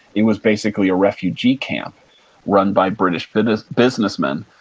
it was basically a refugee camp run by british british businessmen.